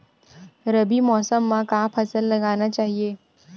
रबी मौसम म का फसल लगाना चहिए?